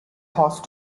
horse